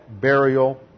burial